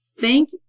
thank